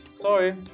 Sorry